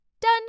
Done